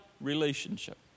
relationship